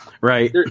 Right